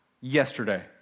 yesterday